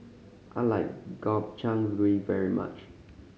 I like Gobchang Gui very much